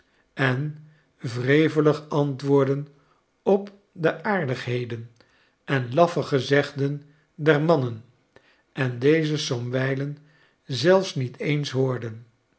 en wrevelig antwoordden op de aardigheden en laffe gezegden der mannen en deze somwijlen zelfs niet eens hoorden